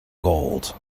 gold